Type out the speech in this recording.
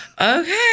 okay